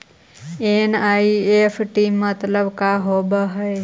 NEFT मतलब का होब हई?